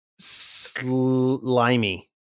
slimy